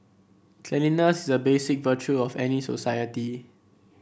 cleanliness is a basic virtue of any society